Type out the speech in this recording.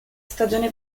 stagione